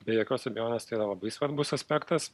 be jokios abejonės tai yra labai svarbus aspektas